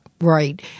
Right